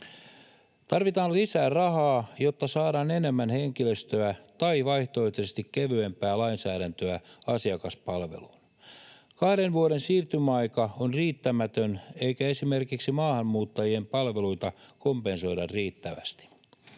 Tarvitaan lisää rahaa, jotta saadaan enemmän henkilöstöä tai vaihtoehtoisesti kevyempää lainsäädäntöä asiakaspalveluun. Kahden vuoden siirtymäaika on riittämätön, eikä esimerkiksi maahanmuuttajien palveluita kompensoida riittävästi.